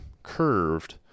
curved